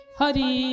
Hari